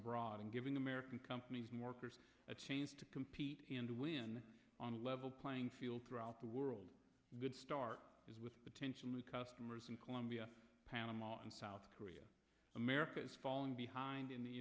abroad and giving american companies more cars a chance to compete and win on a level playing field throughout the world good start is with potential new customers in colombia panama and south korea america is falling behind in the